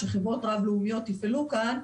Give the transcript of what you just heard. שחברות רב-לאומיות יפעלו כאן.